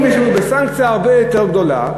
אם יש לנו סנקציה הרבה יותר גדולה,